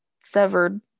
severed